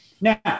Now